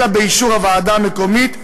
אלא באישור הוועדה המקומית,